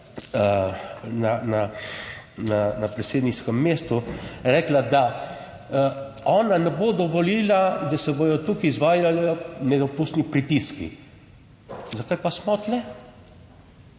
na predsedniškem mestu, je rekla, da ona ne bo dovolila, da se bodo tukaj izvajali nedopustni pritiski. Zakaj pa smo tu?